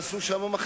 כרגע שמענו,